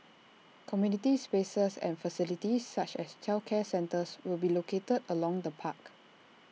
community spaces and facilities such as childcare centres will be located along the park